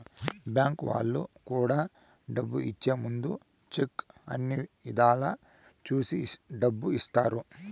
bank వాళ్ళు కూడా డబ్బు ఇచ్చే ముందు సెక్కు అన్ని ఇధాల చూసి డబ్బు ఇత్తారు